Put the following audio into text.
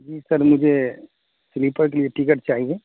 جی sir مجھے sleeper کے لیے ٹکٹ چاہیے